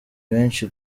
benshi